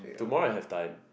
tomorrow I have time